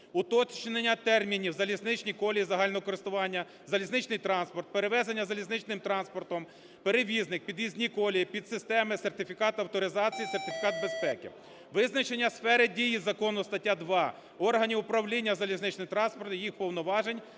уточнення термінів: "залізничні колії загального користування", "залізничний транспорт", "перевезення залізничним транспортом", "перевізник", "під'їзні колії", "підсистеми", "сертифікат авторизації", "сертифікат безпеки". Визначення сфери дії закону, стаття 2, органів управління залізничним транспортом, їх повноважень